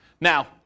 Now